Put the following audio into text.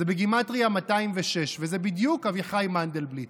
זה בגימטרייה 206, וזה בדיוק אביחי מנדלבליט.